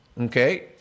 okay